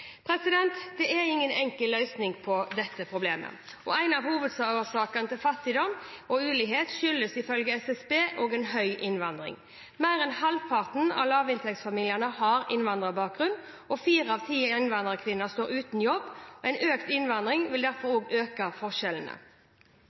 Det er ingen enkel løsning på dette problemet. En av hovedårsakene til fattigdom og ulikhet er ifølge SSB også en høy innvandring. Mer enn halvparten av lavinntektsfamiliene har innvandrerbakgrunn, og fire av ti innvandrerkvinner står uten jobb. En økt innvandring vil derfor